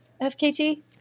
FKT